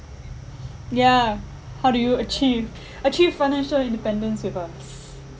yeah how do you achieve achieve financial independence with a